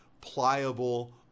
pliable